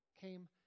came